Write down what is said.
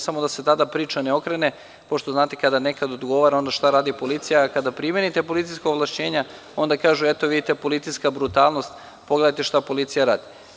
Samo da se tada priča ne okrene, kao što znate, kada nekad odgovara, onda šta radi policija a kada primenite policijska ovlašćenja, onda kažu eto, vidite, policijska brutalnost, pogledajte šta policija radi.